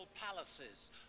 palaces